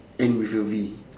end with a V